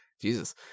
Jesus